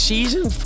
Season